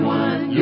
one